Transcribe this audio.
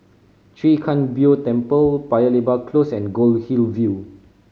Chwee Kang Beo Temple Paya Lebar Close and Goldhill View